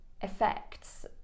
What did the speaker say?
effects